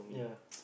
yeah